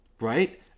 right